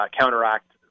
counteract